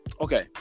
okay